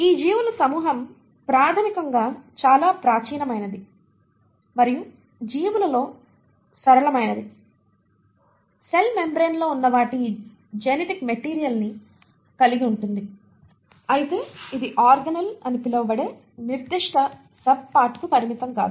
ఈ జీవుల సమూహం ప్రాథమికంగా చాలా ప్రాచీనమైనది మరియు జీవులలో సరళమైనది సెల్ మెంబ్రేన్ లో ఉన్న వాటి జెనెటిక్ మెటీరియల్ ని కలిగి ఉంటుంది అయితే ఇది ఆర్గానెల్లె అని పిలువబడే నిర్దిష్ట సబ్ పార్ట్ కు పరిమితం కాదు